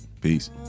Peace